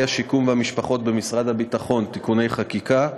השיקום והמשפחות במשרד הביטחון (תיקוני חקיקה),